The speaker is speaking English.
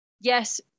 yes